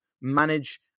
manage